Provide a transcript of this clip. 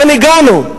לאן הגענו?